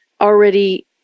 already